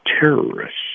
Terrorists